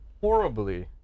Horribly